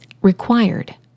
required